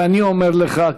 ואני אומר לך,